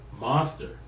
Monster